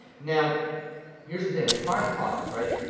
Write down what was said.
now here's the thing, we find products, right,